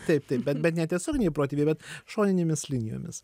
taip taip bet bet ne tiesioginiai protėviai bet šoninėmis linijomis